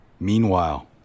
Meanwhile